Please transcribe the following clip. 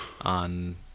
on